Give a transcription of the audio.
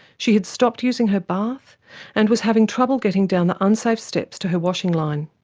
she had stopped using her bath and was having trouble getting down the unsafe steps to her washing line.